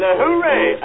hooray